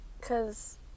cause